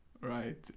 right